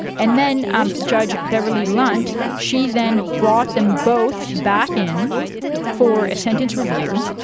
and then um judge beverley lunt, she then brought them both back in for a sentence review,